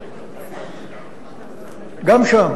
גם שם